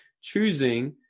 choosing